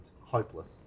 hopeless